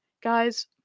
Guys